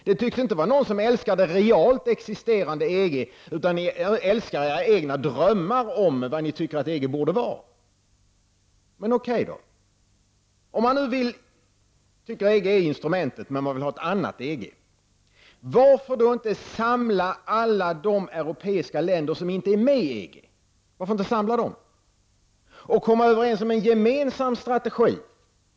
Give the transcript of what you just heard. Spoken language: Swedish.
Det tycks inte vara någon som älskar det realt existerande EG. Ni älskar era egna drömmar om vad ni tycker att EG borde vara. Om man nu tycker att EG är rätt instrument men vill ha ett annat EG, varför samlar man då inte alla europeiska länder som inte är medlemmar och kommer överens om en gemensam strategi?